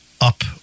up